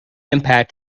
impact